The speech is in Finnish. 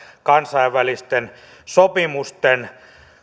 kansainvälisten sopimusten